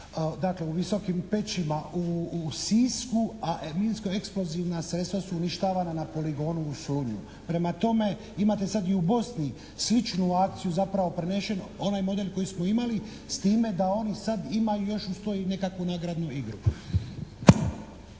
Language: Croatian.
dakle u visokim pećima i Sisku, a minsko-eksplozivna sredstva su uništavana na poligonu u Slunju. Prema tome, imate sad i u Bosni sličnu akciju zapravo prenesen onaj model koji smo imali s time da oni sad imaju još uz to nekakvu nagradnu igru.